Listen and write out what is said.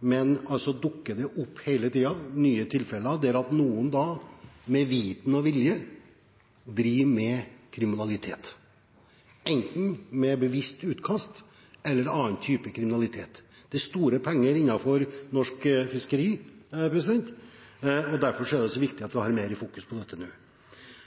Men det dukker hele tiden opp nye tilfeller der noen med vitende og vilje driver med kriminalitet – enten bevisst utkast eller annen type kriminalitet. Det er store penger innenfor norsk fiskeri, og derfor er det så viktig at vi fokuserer mer på dette nå.